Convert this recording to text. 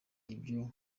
ibyo